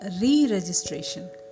re-registration